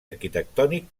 arquitectònic